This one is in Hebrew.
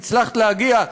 הצלחת להגיע.